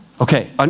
Okay